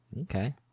okay